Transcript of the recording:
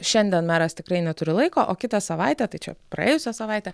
šiandien meras tikrai neturi laiko o kitą savaitę tai čia praėjusią savaitę